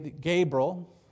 Gabriel